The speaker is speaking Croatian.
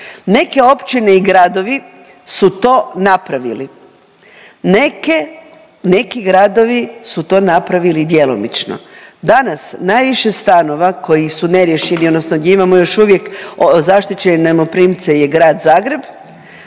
Neke općine i gradovi su to napravili, neke, neki gradovi su to napravili djelomično. Danas najviše stanova koji su neriješeni odnosno gdje imamo još uvijek zaštićene najmoprimce je Grad Zagreb,